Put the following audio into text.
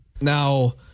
Now